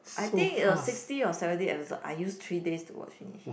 I think uh sixty or seventy episode I use three days to watch finish